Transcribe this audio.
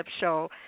show